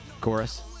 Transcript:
chorus